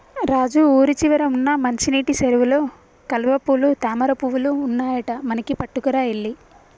రాజు ఊరి చివర వున్న మంచినీటి సెరువులో కలువపూలు తామరపువులు ఉన్నాయట మనకి పట్టుకురా ఎల్లి